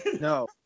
No